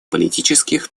политических